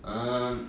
um